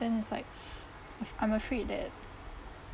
the it's like uh I'm afraid that